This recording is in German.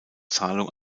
zahlung